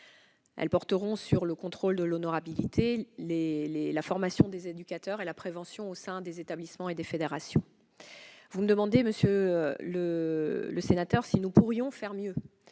Elles porteront sur le contrôle de l'honorabilité, la formation des éducateurs et la prévention au sein des établissements et des fédérations. Vous me demandez, monsieur le sénateur, si nous pourrions faire mieux.